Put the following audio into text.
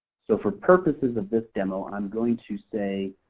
so for purposes of this demo, i'm going to say,